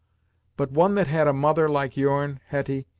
but one that had a mother like your'n, hetty,